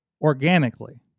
organically